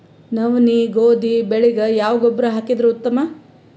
ನವನಿ, ಗೋಧಿ ಬೆಳಿಗ ಯಾವ ಗೊಬ್ಬರ ಹಾಕಿದರ ಉತ್ತಮ?